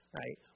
right